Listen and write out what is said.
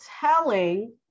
telling